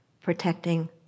protecting